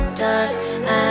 dark